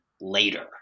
later